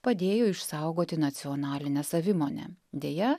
padėjo išsaugoti nacionalinę savimonę deja